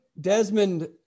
Desmond